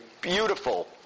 beautiful